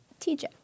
TJ